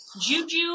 Juju